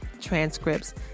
transcripts